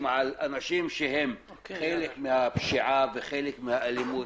על אנשים שהם חלק מהפשיעה וחלק מהאלימות,